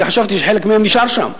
כי חשבתי שחלק מהם נשאר שם,